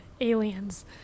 aliens